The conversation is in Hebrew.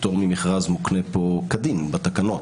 פטור ממכרז מוקנה פה כדין בתקנות,